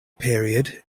period